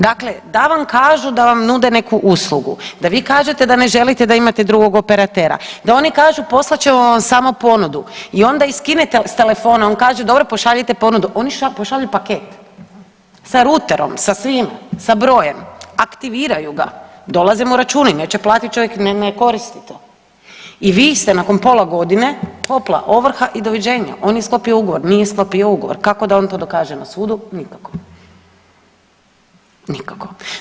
Dakle, da vam kažu da vam nude neku uslugu, da vi kažete da ne želite da imate drugog operatera, da oni kažu poslat ćemo vam samo ponudu i onda ih skinete s telefona, on kaže dobro pošaljite ponudu, oni pošalju paket sa ruterom, sa svime, sa brojem, aktiviraju ga, dolaze mu računi, neće platit čovjek, ne koristi to i vi ste nakon pola godine opla ovrha i doviđenja, on je sklopio ugovor, nije sklopio ugovor, kako da on to dokaže na sudu, nikako, nikako.